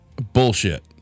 bullshit